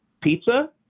pizza –